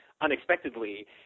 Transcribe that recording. unexpectedly